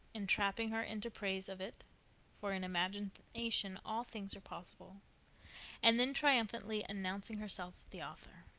entrapping her into praise of it for in imagination all things are possible and then triumphantly announcing herself the author.